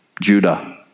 Judah